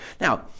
Now